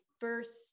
first